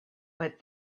but